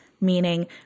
meaning